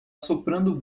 soprando